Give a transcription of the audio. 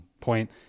point